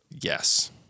Yes